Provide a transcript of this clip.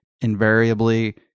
invariably